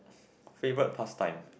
favorite pastime